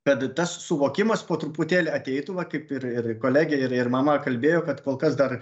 kad tas suvokimas po truputėlį ateitų va kaip ir ir kolegė ir ir mama kalbėjo kad kol kas dar